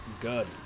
good